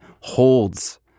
holds